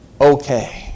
okay